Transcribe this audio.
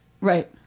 Right